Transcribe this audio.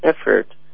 effort